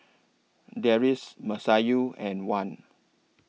Deris Masayu and Wan